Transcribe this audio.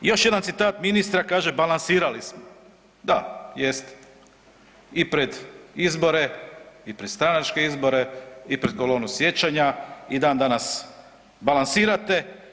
Još jedan citat ministra, kaže: „Balansirali smo.“ Da, jeste i pred izbore, i pred stranačke izbore, i pred Kolonu sjećanja i dan danas balansirate.